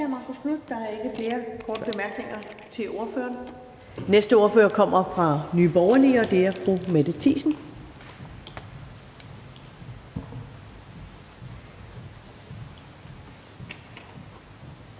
Der er ikke flere korte bemærkninger til ordføreren. Næste ordfører kommer fra Nye Borgerlige, og det er fru Mette Thiesen.